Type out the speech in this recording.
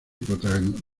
protagonizó